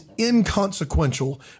inconsequential